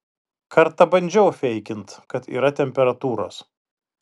kartą bandžiau feikint kad yra temperatūros